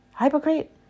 Hypocrite